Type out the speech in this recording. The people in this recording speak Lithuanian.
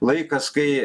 laikas kai